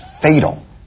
fatal